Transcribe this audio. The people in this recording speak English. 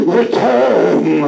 return